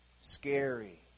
scary